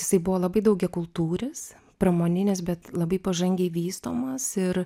jisai buvo labai daugiakultūris pramoninis bet labai pažangiai vystomas ir